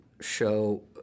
show